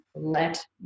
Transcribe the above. let